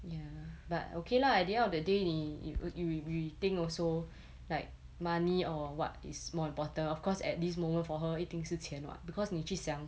ya but okay lah at the end of the day 你 we we we think also like money or what is more important of course at this moment for her 一定是钱 [what] because 你去想